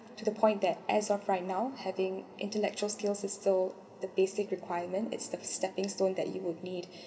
to the point that as of right now having intellectual skills is still the basic requirement is the stepping stone that you would need